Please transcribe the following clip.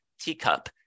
teacup